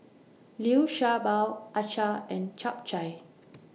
Liu Sha Bao Acar and Chap Chai